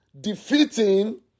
defeating